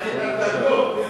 תן את התרגום.